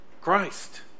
Christ